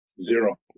Zero